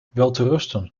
welterusten